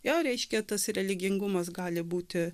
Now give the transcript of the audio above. jo reiškia tas religingumas gali būti